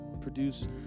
produce